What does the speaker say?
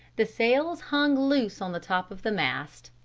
the sails hung loose on the top of the mast.